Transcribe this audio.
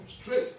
straight